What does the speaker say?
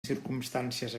circumstàncies